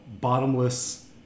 bottomless